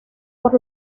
por